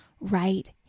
right